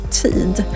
tid